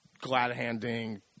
glad-handing